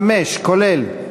מס' 35, כולל.